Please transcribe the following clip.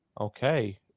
okay